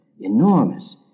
enormous